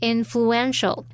Influential